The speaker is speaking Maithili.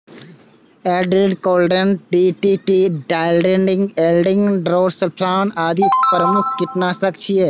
Aldrin, chlordane, DDT, dieldrin, endrin, endosulfan आदि प्रमुख कीटनाशक छियै